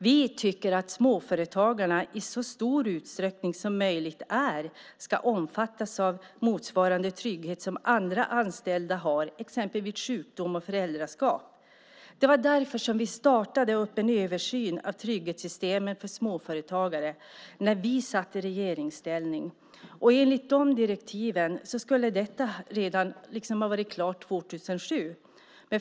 Vi tycker att småföretagarna i så stor utsträckning som möjligt ska omfattas av motsvarande trygghet som andra anställda har till exempel vid sjukdom och föräldraskap. Det var därför vi startade en översyn av trygghetssystemen för småföretagare när vi satt i regeringsställning. Enligt de direktiven skulle detta ha varit klart redan 2007.